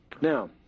Now